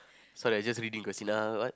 so I just reading Grozzila what